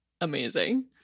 Amazing